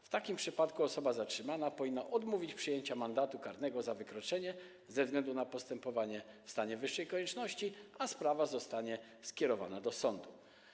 W takim przypadku osoba zatrzymana powinna odmówić przyjęcia mandatu karnego za wykroczenie ze względu na postępowanie w stanie wyższej konieczności, a sprawa zostanie skierowana do sądu.